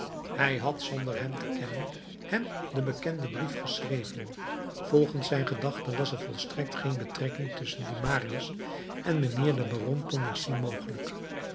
hij had zonder hem te kennen hem den bekenden brief geschreven volgens zijn gedachte was er volstrekt geen betrekking tusschen dien marius en mijnheer den baron pontmercy mogelijk